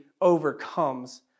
overcomes